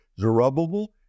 Zerubbabel